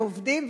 ועובדים,